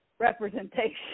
representation